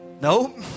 No